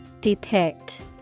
Depict